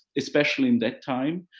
especially in that time.